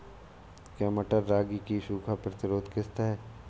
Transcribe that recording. क्या मटर रागी की सूखा प्रतिरोध किश्त है?